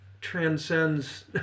transcends